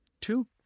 two